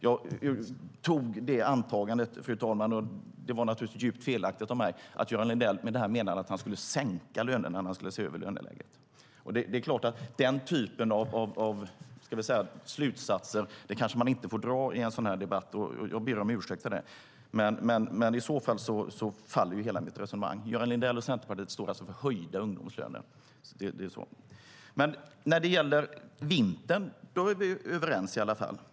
Jag gjorde det djupt felaktiga antagandet att Göran Lindell menade att man skulle sänka lönerna vid en översyn av löneläget. Den typen av slutsatser får man kanske inte dra i en sådan här debatt, och jag ber om ursäkt för det. Nu faller hela mitt resonemang eftersom Göran Lindell och Centerpartiet står för höjda ungdomslöner. Vad gäller vintern är vi överens.